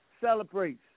celebrates